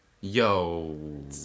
Yo